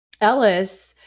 ellis